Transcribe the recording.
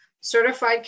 certified